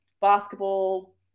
basketball